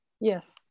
Yes